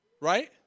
Right